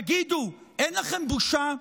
תגידו, אין לכם בושה?